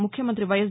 ముఖ్యమంతి వైఎస్